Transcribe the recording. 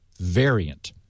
variant